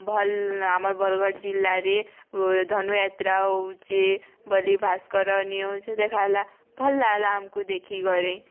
ଭଲ୍ ଆମର୍ ବରଗଡ଼୍ ଜିଲ୍ଲାରେ ଧନୁଯାତ୍ରା ହେଉଛି ବୋଲି ଭାସ୍କର ନ୍ୟୁଜ୍ ଦେଖା ହେଲା ଭଲ୍ ଲାଗ୍ଲା ଆମ୍କୁ ଦେଖିକରି